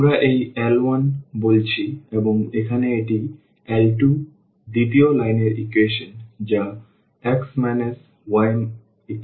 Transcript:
সুতরাং আমরা এই L 1 বলছি এবং এখানে এটি L 2 দ্বিতীয় লাইনের ইকুয়েশন যা x y1 দ্বারা দেওয়া হয়